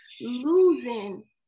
losing